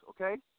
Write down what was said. okay